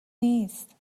نیست